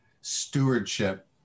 stewardship